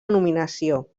denominació